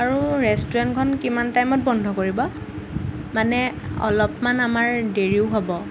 আৰু ৰেষ্টুৰেণ্টখন কিমান টাইমত বন্ধ কৰিব মানে অলপমান আমাৰ দেৰিও হ'ব